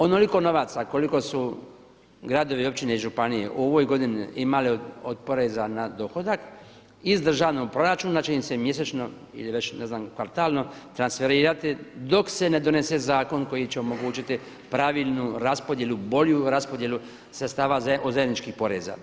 Onoliko novaca koliko su gradovi, općine i županije u ovoj godini imali od poreza na dohodak iz državnog proračuna će im se mjesečno ili već ne znam kvartalno transferirati dok se ne donese zakon koji će omogućiti pravilnu raspodjelu, bolju raspodjelu sredstava od zajedničkih poreza.